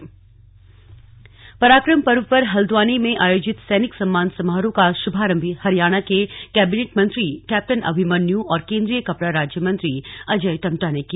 slug Haldwani कार्यक्रम पराक्रम पर्व पर हल्द्वानी में आयोजित सैनिक सम्मान समारोह का शुभारंभ हरियाणा के कैबिनेट मंत्री कैप्टन अभिमन्यू और केंद्रीय कपड़ा राज्य मंत्री अजय टम्टा ने किया